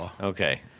Okay